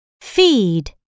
feed